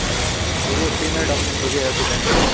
ಹಾಂ ಹಾಂ ಇದು ಫೀಮೇಲ್ ಡಾಮಿನೇನ್ಸ್ ಬಗ್ಗೆ ಹೇಳ್ತಿದ್ದೆ ನಿನ್ನೆ